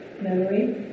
memory